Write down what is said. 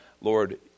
Lord